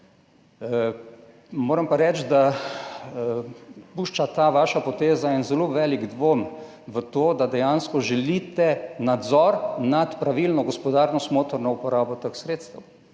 Moram pa reči, da pušča ta vaša poteza en zelo velik dvom v to, da dejansko želite nadzor nad pravilno, gospodarno, smotrno uporabo teh sredstev.